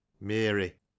Mary